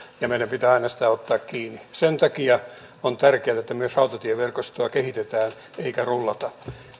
ja meidän pitää aina sitä ottaa kiinni sen takia on tärkeätä että myös rautatieverkostoa kehitetään eikä rullata